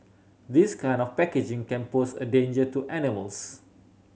this kind of packaging can pose a danger to animals